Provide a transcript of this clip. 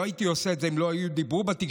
לא הייתי עושה את זה אם לא דיברו בתקשורת,